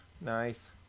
nice